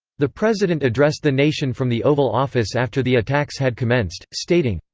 the president addressed the nation from the oval office after the attacks had commenced, stating,